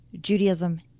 judaism